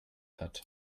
hat